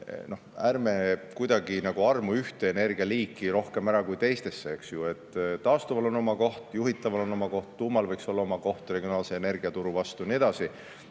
ärme kuidagi nagu armume ühte energialiiki rohkem ära kui teistesse. Taastuval on oma koht, juhitaval on oma koht, tuumal võiks olla oma koht regionaalse energiaturu vastu ja nii edasi.